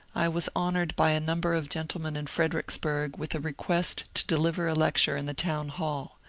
i was honoured by a number of gentlemen in fredericksburg with a request to deliver a lecture in the town hall.